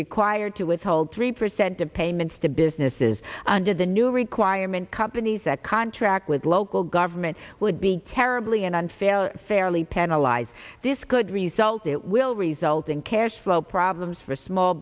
required to withhold three percent of payments to businesses under the new requirement companies that contract with local government would be terribly and unfair fairly penalize this good result it will result in care's flow problems for small